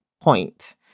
point